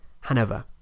Hanover